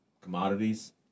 commodities